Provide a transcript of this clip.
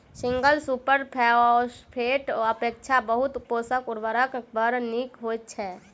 single super फौसफेटक अपेक्षा बहु पोषक उर्वरक बड़ नीक होइत छै